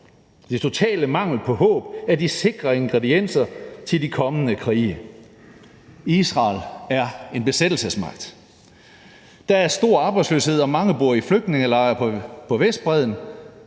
Det totale mangel på håb er en sikker ingrediens til de kommende krige. Israel er en besættelsesmagt. Der er stor arbejdsløshed, og mange bor i flygtningelejre på Vestbredden,